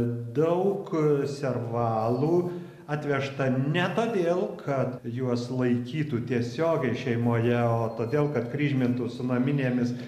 daug servalų atvežta ne todėl kad juos laikytų tiesiogiai šeimoje o todėl kad kryžmintų su naminėmis